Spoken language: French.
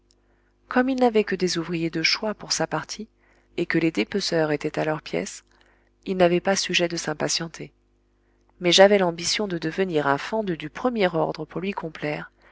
comme il n'avait que des ouvriers de choix pour sa partie et que les dépeceurs étaient à leurs pièces il n'avait pas sujet de s'impatienter mais j'avais l'ambition de devenir un fendeux du premier ordre pour lui complaire